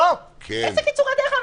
איזה קיצורי דרך?